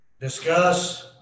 discuss